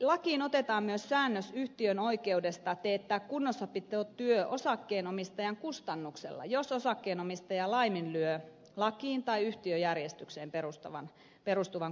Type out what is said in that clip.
lakiin otetaan myös säännös yhtiön oikeudesta teettää kunnossapitotyö osakkeenomistajan kustannuksella jos osakkeenomistaja laiminlyö lakiin tai yhtiöjärjestykseen perustuvan kunnossapitovastuunsa